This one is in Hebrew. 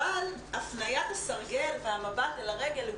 אבל הפניית הסרגל והמבט אל הרגל היא